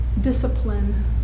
discipline